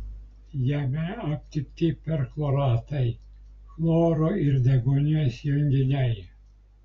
jame aptikti perchloratai chloro ir deguonies junginiai